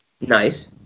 Nice